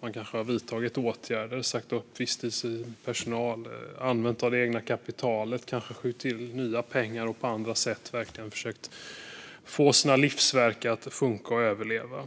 Man kanske har vidtagit åtgärder, sagt upp visstidspersonal, använt eget kapital och kanske skjutit till nya pengar och på andra sätt verkligen försökt få sina livsverk att funka och överleva.